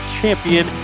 champion